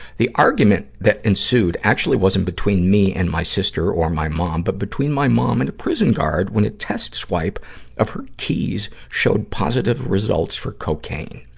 the argument that ensued actually wasn't between me and my sister or my mom, but between my mom and a prison guard when a test swipe of her keys showed positive results for cocaine.